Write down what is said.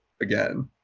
again